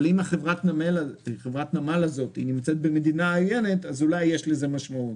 אבל אם חברת הנמל הזאת נמצאת במדינה עוינת אז אולי יש לזה משמעות.